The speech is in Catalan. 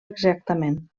exactament